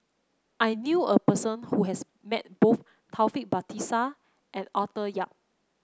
I knew a person who has met both Taufik Batisah and Arthur Yap